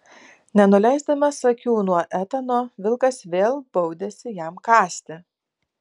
nenuleisdamas akių nuo etano vilkas vėl baudėsi jam kąsti